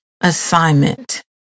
assignment